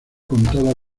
contada